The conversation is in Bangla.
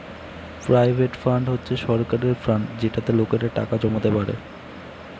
প্রভিডেন্ট ফান্ড হচ্ছে সরকারের ফান্ড যেটাতে লোকেরা টাকা জমাতে পারে